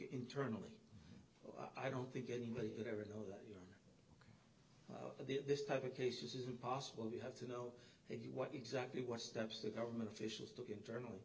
internally i don't think anybody could ever know that this type of case is impossible you have to know what exactly what steps the government officials took internally